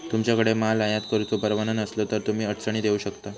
तुमच्याकडे माल आयात करुचो परवाना नसलो तर तुम्ही अडचणीत येऊ शकता